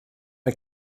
mae